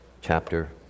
chapter